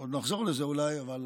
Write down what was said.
אנחנו עוד נחזור לזה אולי, אבל